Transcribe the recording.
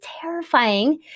terrifying